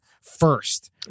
first